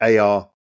AR